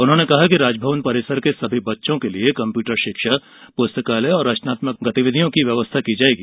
उन्होंने कहा कि राजभवन परिवार के सभी बच्चों के लिए कम्प्यूटर शिक्षा पुस्तकालय और रचनात्मक गतिविधियों के लिए व्यवस्था की जायेगी